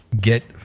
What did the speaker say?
get